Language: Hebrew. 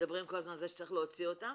מדברים כל הזמן על זה שצריך להוציא אותם,